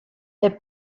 they